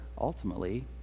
ultimately